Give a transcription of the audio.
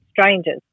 strangers